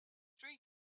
streak